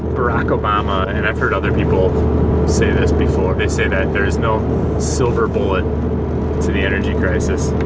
barack obama, and i've heard other people say this before, they say that there's no silver bullet to the energy crisis.